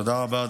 תודה רבה.